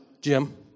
Jim